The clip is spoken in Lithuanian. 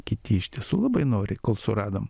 kiti iš tiesų labai noriai kol suradom